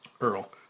Earl